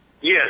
Yes